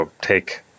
take